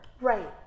Right